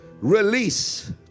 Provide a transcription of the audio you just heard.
release